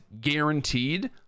guaranteed